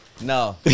No